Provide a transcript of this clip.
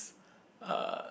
uh